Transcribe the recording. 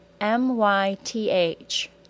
M-Y-T-H